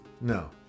No